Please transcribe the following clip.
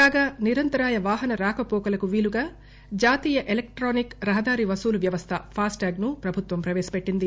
కాగా నిరంతరాయ వాహన రాకహోకలకు వీలుగా జాతీయ ఎలక్టానిక్ రహదారి వసూలు వ్యవస్థ ఫాస్టాగ్ను ప్రభుత్వం ప్రవేశపెట్టింది